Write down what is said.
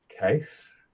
case